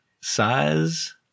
Size